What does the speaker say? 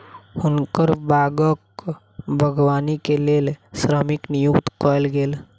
हुनकर बागक बागवानी के लेल श्रमिक नियुक्त कयल गेल